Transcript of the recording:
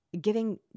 giving